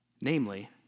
Namely